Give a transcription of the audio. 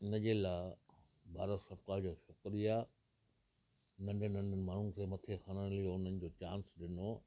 उन जे लाइ भारत सरकार जो शुक्रिया नंढे नंढे माण्हुनि खे मथे खणणु उन इहो चांस ॾिनो